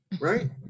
right